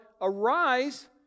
arise